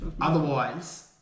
Otherwise